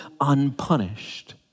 unpunished